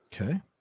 Okay